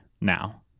now